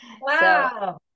wow